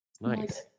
Nice